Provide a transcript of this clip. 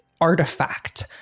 artifact